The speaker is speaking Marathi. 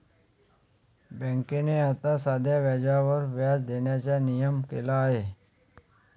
बँकेने आता साध्या व्याजावर व्याज देण्याचा नियम केला आहे